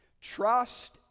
Trust